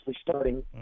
starting